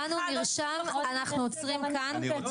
אשמח מאוד